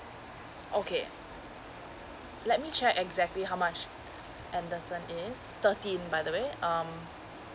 okay let me check exactly how much anderson is thirteen by the way um